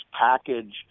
package